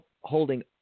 holding